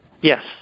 Yes